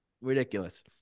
Ridiculous